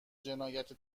جنایت